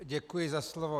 Děkuji za slovo.